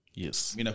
Yes